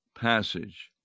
passage